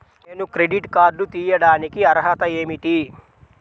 నేను credit card తీయడానికి అర్హత ఏమిటి?